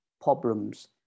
problems